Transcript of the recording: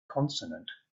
consonant